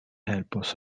helpos